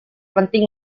penting